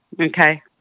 Okay